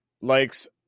likes